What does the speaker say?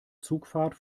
zugfahrt